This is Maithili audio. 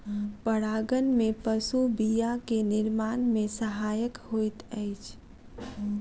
परागन में पशु बीया के निर्माण में सहायक होइत अछि